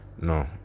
no